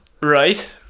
Right